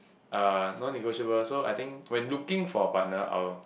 uh non negotiable so I think when looking for a partner I'll